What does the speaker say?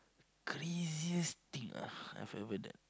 craziest thing ah I've ever done